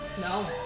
No